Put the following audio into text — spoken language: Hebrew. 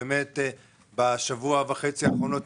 אכן בשבוע וחצי האחרונים,